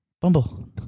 Bumble